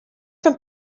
from